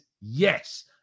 yes